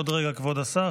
עוד רגע, כבוד השר.